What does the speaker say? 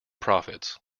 profits